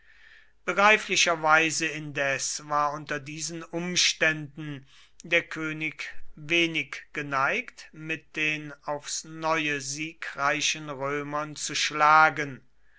begreiflicherweise indes war unter diesen umständen der könig wenig geneigt mit den aufs neue siegreichen römern zu schlagen